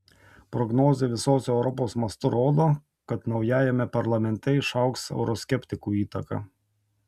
prognozė visos europos mastu rodo kad naujajame parlamente išaugs euroskeptikų įtaka